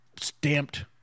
stamped